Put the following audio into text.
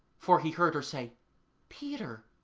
for he heard her say peter,